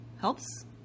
helps